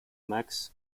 max